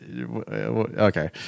Okay